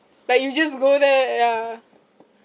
like you just go there yeah